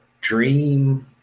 dream